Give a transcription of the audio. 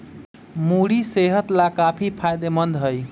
मूरी सेहत लाकाफी फायदेमंद हई